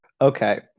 Okay